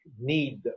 need